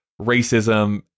racism